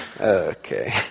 okay